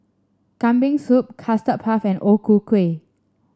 Kambing Soup Custard Puff and O Ku Kueh